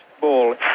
ball